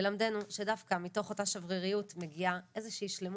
מלמדנו שדווקא מתוך אותה שבריריות מגיעה איזושהי שלמות,